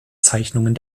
zeichnungen